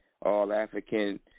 All-African